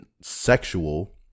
sexual